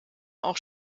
auch